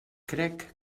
crec